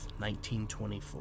1924